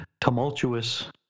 tumultuous